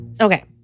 Okay